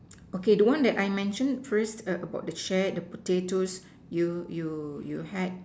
okay the want one that I mention first err about the shed the potatoes you you you had